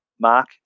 mark